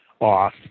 off